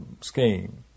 scheme